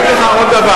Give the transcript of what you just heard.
אתה דיפלומט בגרוש.